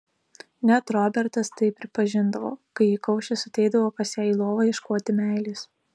net robertas tai pripažindavo kai įkaušęs ateidavo pas ją į lovą ieškoti meilės